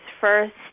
first